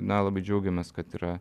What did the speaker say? na labai džiaugiamės kad yra